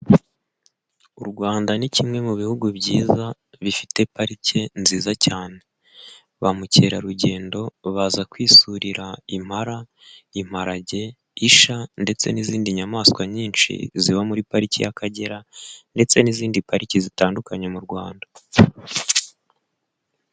U Rwanda ni kimwe mu bihugu byiza, bifite parike nziza cyane, ba mukerarugendo baza kwisurira impala, imparage, isha ndetse n'izindi nyamaswa nyinshi, ziba muri pariki y'Akagera ndetse n'izindi pariki zitandukanye mu Rwanda.